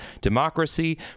democracy